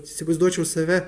įsivaizduočiau save